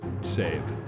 save